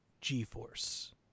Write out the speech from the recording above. g-force